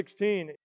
16